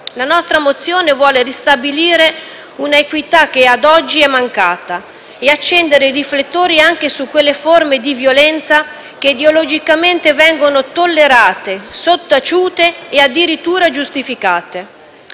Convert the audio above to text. La mozione n. 55 intende ristabilire una equità che ad oggi è mancata e accendere i riflettori anche su quelle forme di violenza che ideologicamente vengono tollerate, sottaciute e addirittura giustificate.